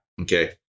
Okay